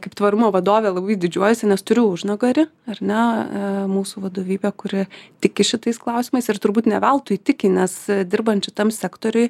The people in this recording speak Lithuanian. kaip tvarumo vadovė labai didžiuojuosi nes turiu užnugarį ar ne mūsų vadovybė kuri tiki šitais klausimais ir turbūt ne veltui tiki nes dirbančiu tam sektoriuj